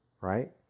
Right